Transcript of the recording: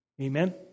Amen